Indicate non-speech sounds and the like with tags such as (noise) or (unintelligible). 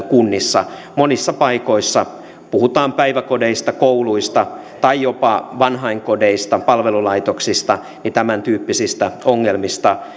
(unintelligible) kunnissa monissa paikoissa puhutaan päiväkodeista kouluista tai jopa vanhainkodeista palvelulaitoksista tämäntyyppisistä ongelmista (unintelligible)